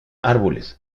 árboles